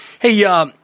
Hey